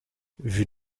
vues